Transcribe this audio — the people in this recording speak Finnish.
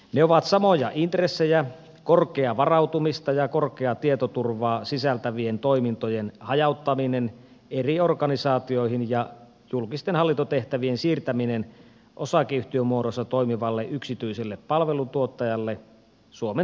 ne ovat samoja intressejä korkeaa varautumista ja korkeaa tietoturvaa sisältävien toimintojen hajauttaminen eri organisaatioihin ja julkisten hallintotehtävien siirtäminen osakeyhtiömuodossa toimivalle yksityiselle palveluntuottajalle suomen turvallisuusverkko oylle